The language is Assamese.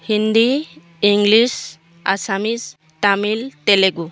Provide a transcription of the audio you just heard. Hindi English Assamese Tamil Telugu